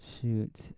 Shoot